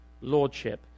lordship